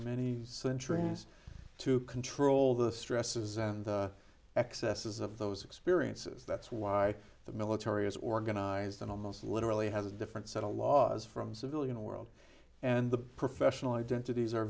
many centuries to control the stresses and excesses of those experiences that's why the military is organized and almost literally has a different set of laws from civilian world and the professional identities are